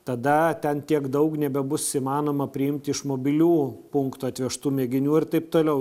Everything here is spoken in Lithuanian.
tada ten tiek daug nebebus įmanoma priimti iš mobilių punktų atvežtų mėginių ir taip toliau